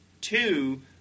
Two